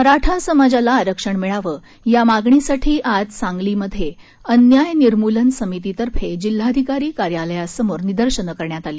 मराठा समाजाला आरक्षण मिळावं या मागणीसाठी आज सांगलीमध्ये अन्याय निर्मूलन समिती तर्फे जिल्हाधिकारी कार्यालय समोर निदर्शन करण्यात आली